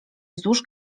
wzdłuż